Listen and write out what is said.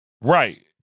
right